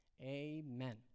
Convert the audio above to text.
Amen